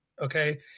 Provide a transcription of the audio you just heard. okay